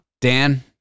Dan